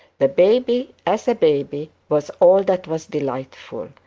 the baby, as a baby, was all that was delightful,